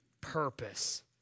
purpose